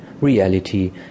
reality